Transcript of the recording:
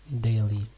daily